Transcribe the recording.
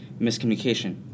miscommunication